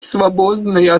свободной